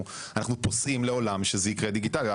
אנחנו קובעים ייזום בסיסי שבמסגרתו אפשר יהיה להקים הרשאה.